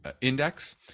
Index